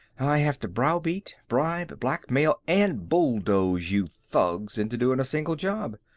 i have to browbeat, bribe, blackmail and bulldoze you thugs into doing a simple job.